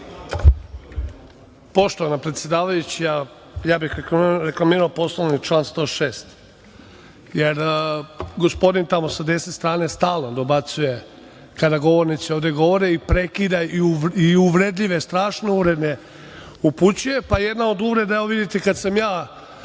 Poštovana predsedavajuća, ja bih reklamirao Poslovnik - član 106. Gospodin tamo sa desne strane stalno dobacuje kada govornici ovde govore i prekida i strašne uvrede upućuje. Jedna od uvreda, evo, vidite kako sam ja